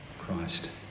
christ